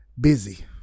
busy